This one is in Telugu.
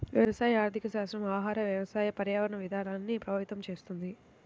వ్యవసాయ ఆర్థికశాస్త్రం ఆహార, వ్యవసాయ, పర్యావరణ విధానాల్ని ప్రభావితం చేస్తుంది